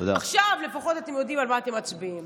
עכשיו לפחות אתם יודעים על מה אתם מצביעים.